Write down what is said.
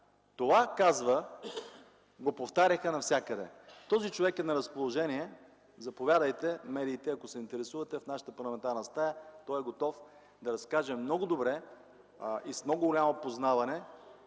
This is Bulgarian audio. Това, казва, го повтаряха навсякъде. Този човек е на разположение. Заповядайте, медиите, ако се интересувате, в нашата парламентарна стая. Той е готов да разкаже много добре и с много голямо познаване